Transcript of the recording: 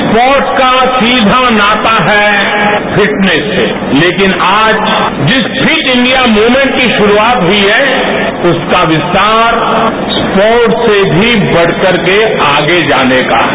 sports का सीधा नाता है फिटनेस से लेकिन आज जिस फिट इंडिया मूवमेंट की शुरूआत हुई है उसका विस्तार स्पोर्ट्स से भी बढ़कर आगे जाने का है